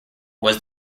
was